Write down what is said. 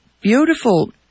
beautiful